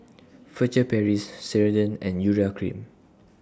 Furtere Paris Ceradan and Urea Cream